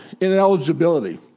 ineligibility